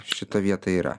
šita vieta yra